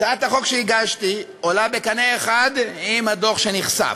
הצעת החוק שהגשתי עולה בקנה אחד עם הדוח שנחשף.